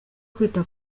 kwita